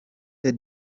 the